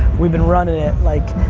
we've been running it, like,